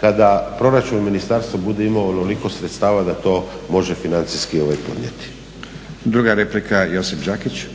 kada proračun ministarstva bude imao onoliko sredstava da to može financijski podnijeti. **Stazić, Nenad (SDP)** Druga replika, Josip Đakić. **Đakić, Josip